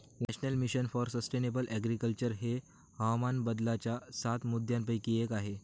national mission for sustainable agriculture हे हवामान बदलाच्या सात मुद्यांपैकी एक आहे